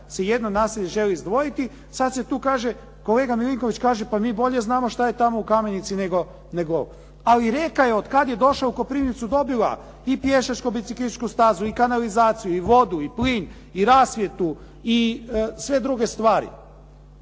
se jedno naselje želi izdvojiti. Sad se tu kaže, kolega Milinković kaže pa mi bolje znamo što je tamo u Kamenici nego oni. Ali Reka je od kad je došla u Koprivnicu dobila i pješačko-biciklističku stazu i kanalizaciju i vodu i plin i rasvjetu i sve druge stvari.